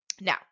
Now